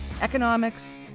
economics